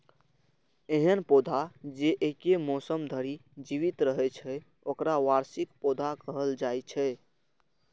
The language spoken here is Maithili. एहन पौधा जे एके मौसम धरि जीवित रहै छै, ओकरा वार्षिक पौधा कहल जाइ छै